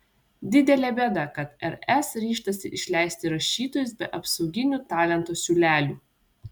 didelė bėda kad rs ryžtasi išleisti rašytojus be apsauginių talento siūlelių